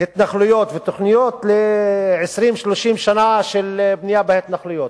התנחלויות ותוכניות ל-20 30 שנה של בנייה בהתנחלויות,